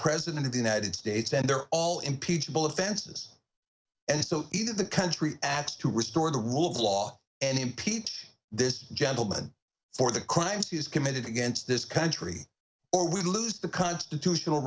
president of the united states and they're all impeachable offenses and so even the country asked to restore the rule of law and impeach this gentleman for the crimes he's committed against this country or we lose the constitutional